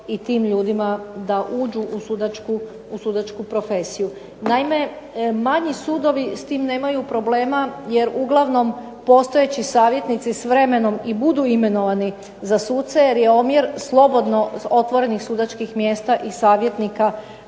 i tim ljudima da uđu u sudačku profesiju. Naime, manji sudovi s tim nemaju problema jer uglavnom postojeći savjetnici s vremenom i budu imenovani za suce jer je omjer slobodno otvorenih sudačkih mjesta i savjetnika